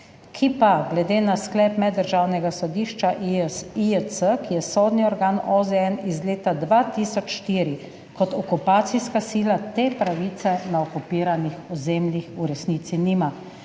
ki pa glede na sklep Meddržavnega sodišča, ICJ, ki je sodni organ OZN, iz leta 2004 kot okupacijska sila te pravice na okupiranih ozemljih v resnici nima.